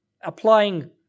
Applying